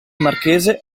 marchese